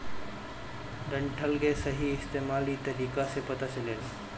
डंठल के सही इस्तेमाल इ तरीका से पता चलेला